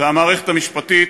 והמערכת המשפטית,